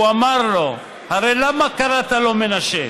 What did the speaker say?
הוא אמר לו: הרי למה קראת לו מנשה?